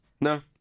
No